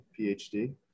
phd